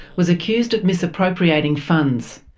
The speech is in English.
was accused of misappropriating funds.